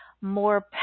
more